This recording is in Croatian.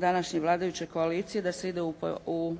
današnje vladajuće koalicije da se ide u